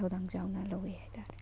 ꯊꯧꯗꯥꯡ ꯆꯥꯎꯅ ꯂꯩꯋꯤ ꯍꯥꯏꯇꯥꯔꯦ